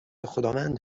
خداوند